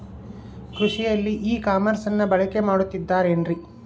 ಕೃಷಿಯಲ್ಲಿ ಇ ಕಾಮರ್ಸನ್ನ ಬಳಕೆ ಮಾಡುತ್ತಿದ್ದಾರೆ ಏನ್ರಿ?